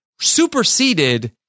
superseded